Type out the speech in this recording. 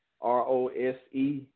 R-O-S-E